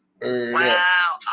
Wow